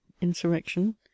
insurrection